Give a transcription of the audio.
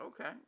Okay